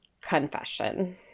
confession